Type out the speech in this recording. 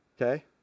okay